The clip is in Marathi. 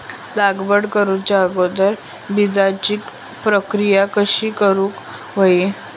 लागवड करूच्या अगोदर बिजाची प्रकिया कशी करून हवी?